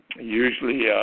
Usually